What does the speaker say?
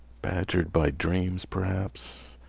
badgered by dreams, perhaps,